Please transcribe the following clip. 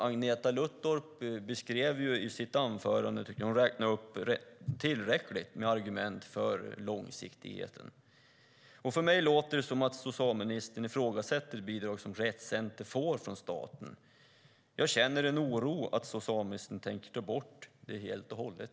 Agneta Luttropp beskrev det i sitt anförande. Hon räknade upp tillräckligt med argument för långsiktigheten. För mig låter det som att socialministern ifrågasätter det bidrag som Rett Center får från staten. Jag känner en oro för att socialministern tänker ta bort det helt och hållet.